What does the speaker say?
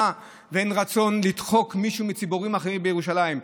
ואין רצון לדחוק מישהו מהציבורים האחרים בירושלים.